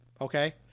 okay